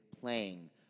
playing